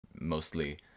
mostly